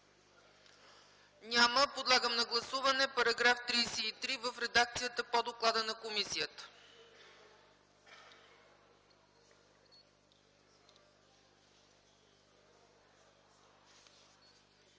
Не. Подлагам на гласуване § 35 в редакцията по доклада на комисията.